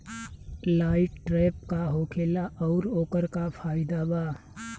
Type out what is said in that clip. Light trap का होखेला आउर ओकर का फाइदा बा?